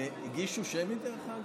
הגישו שמית, דרך אגב?